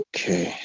Okay